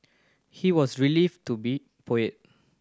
he was to be poet